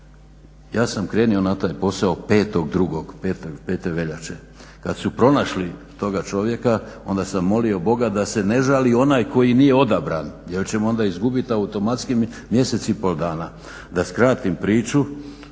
Ja sam krenuo na taj posao 5.2., 5. veljače. Kad su pronašli toga čovjeka onda sam molio Boga da se ne žali onaj koji nije odabran jer ćemo onda izgubit automatski mjesec i pol dana. Da skratim priču,